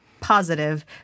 positive